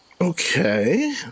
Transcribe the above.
Okay